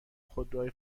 خودروهای